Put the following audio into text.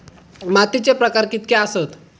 मातीचे प्रकार कितके आसत?